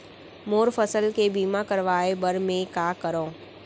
मोर फसल के बीमा करवाये बर में का करंव?